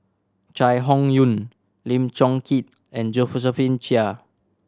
Chai Hon Yoong Lim Chong Keat and Josephine Chia